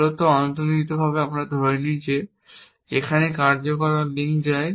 মূলত এবং অন্তর্নিহিতভাবে আমরা ধরে নিই যে যেখানেই কার্যকারণ লিঙ্ক যায়